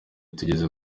tugeze